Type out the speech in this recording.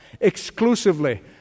exclusively